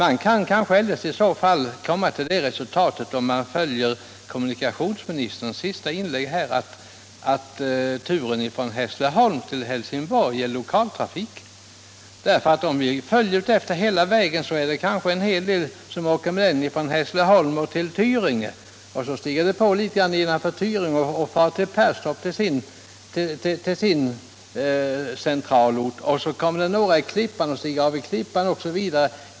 Om man följer andemeningen i kommunikationsministerns senaste inlägg kan man ju komma till resultatet, att turen från Hässleholm till Helsingborg är lokaltrafik. Ser man på trafiken efter hela vägen, finner man kanske att en hel del resande åker från Hässleholm till Tyringe. Sedan stiger det på andra i Tyringe och far till sin centralort Perstorp, 119 och så stiger folk av eller på i Klippan osv.